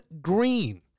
Green